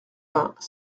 vingt